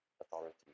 authority